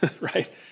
right